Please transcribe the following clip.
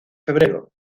febrero